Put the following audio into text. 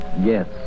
Yes